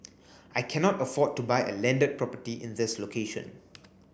I cannot afford to buy a landed property in this location